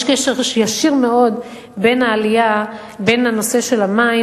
יש קשר ישיר מאוד בין הנושא של המים